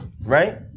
right